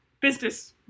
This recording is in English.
business